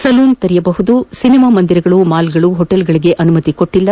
salon ತೆರೆಯಬಹುದಾಗಿದ್ದು cinema ಮಂದಿರಗಳು ಮಾಲ್ಗಳು ಹೋಟೆಲ್ಗಳಿಗೆ ಅನುಮತಿ ನೀಡಿಲ್ಲ